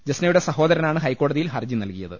ജസ്നയുടെ സഹോദരനാണ് ഹൈക്കോടതിയിൽ ഹർജി നൽകിയത്